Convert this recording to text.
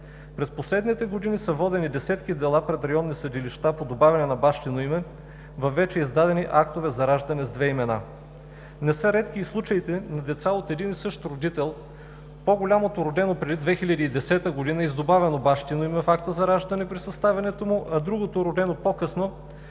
През последните години са водени десетки дела пред районни съдилища по добавяне на бащино име във вече издадени актове за раждане с две имена. Не са редки и случаите на деца от едни и същи родители, по-голямото родено преди 2010 г. и с добавено бащино име в акта за раждане при съставянето му, а другото родено по-късно